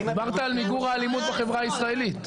דיברת על מיגור האלימות בחברה הישראלית.